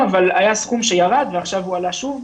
אבל היה סכום שירד ועכשיו הוא עלה שוב.